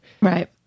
right